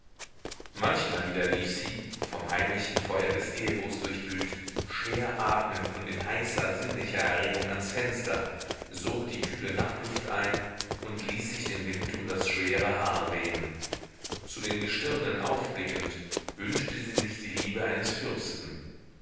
manchmal wieder lief sie vom heimlichen feuer des ehebruchs durchglüht schwer atmend und in heißer sinnlicher erregung ans fenster sog die kühle nachtluft ein und ließ sich den wind um das schwere haar wehen zu den gestirnen aufblickend wünschte sie sich die liebe eines fürsten